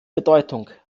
bedeutung